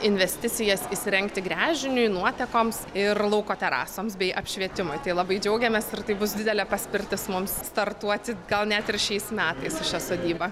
investicijas įsirengti gręžiniui nuotekoms ir lauko terasoms bei apšvietimui tai labai džiaugiamės ir tai bus didelė paspirtis mums startuoti gal net ir šiais metais su šia sodyba